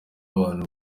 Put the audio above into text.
abantu